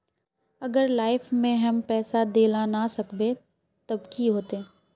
अगर लाइफ में हैम पैसा दे ला ना सकबे तब की होते?